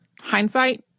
hindsight